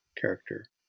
character